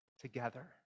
together